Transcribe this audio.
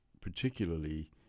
particularly